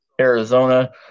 Arizona